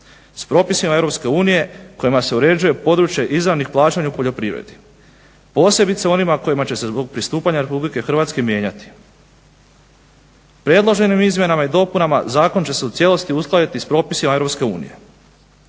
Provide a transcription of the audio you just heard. s propisima EU s kojima se uređuje područje izravnih plaćanja u poljoprivredi posebice onima kojima će se zbog pristupanja RH mijenjati. Predloženim izmjenama i dopunama zakon će se u cijelosti uskladiti sa propisima EU.